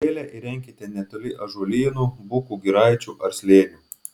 lesyklėlę įrenkite netoli ąžuolynų bukų giraičių ar slėnių